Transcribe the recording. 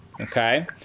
Okay